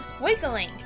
wiggling